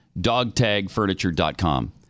DogTagFurniture.com